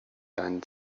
deinen